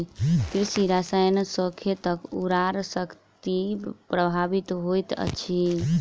कृषि रसायन सॅ खेतक उर्वरा शक्ति प्रभावित होइत अछि